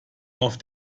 auf